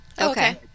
Okay